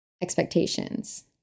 expectations